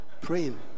praying